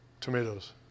Tomatoes